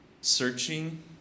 searching